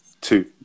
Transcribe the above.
Two